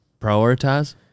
prioritize